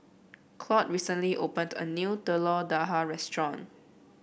Claude recently opened a new Telur Dadah Restaurant